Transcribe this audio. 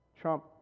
Trump